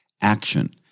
action